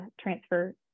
transfer